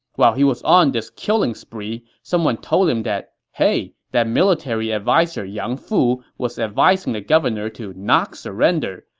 while he was on this killing spree, someone told him that hey, that military adviser yang fu was advising the governor to not surrender.